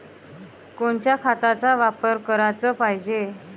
कोनच्या खताचा वापर कराच पायजे?